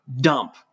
dump